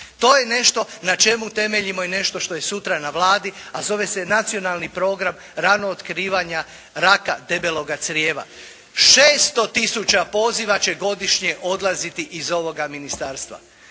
to je nešto na čemu temeljimo i nešto što je sutra na Vladi a zove se Nacionalni program ranog otkrivanja raka debeloga crijeva. 600 tisuća poziva će godišnje odlaziti iz ovoga ministarstva.